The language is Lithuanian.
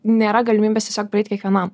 nėra galimybės tiesiog praeit kiekvienam